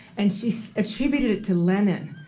and she's attributed it to lenin.